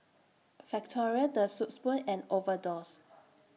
Factorie The Soup Spoon and Overdose